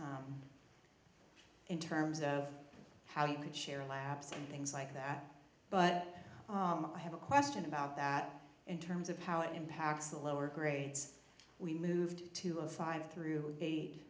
box in terms of how you can share laps and things like that but i have a question about that in terms of how it impacts the lower grades we moved to a five through eight